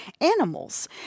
animals